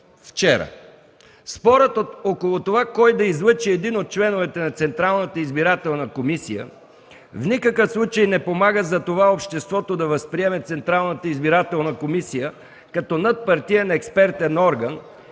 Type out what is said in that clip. вчера: „Спорът около това кой да излъчи един от членовете на Централната избирателна комисия в никакъв случай не помага за това обществото да възприеме Централната избирателна комисия като надпартиен експертен орган